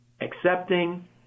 accepting